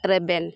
ᱨᱮᱵᱮᱱ